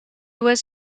was